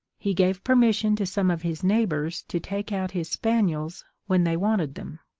he gave permission to some of his neighbours to take out his spaniels when they wanted them.